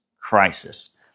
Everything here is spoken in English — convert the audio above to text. crisis